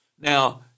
Now